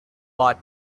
bought